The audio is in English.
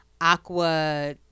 Aqua